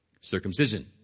circumcision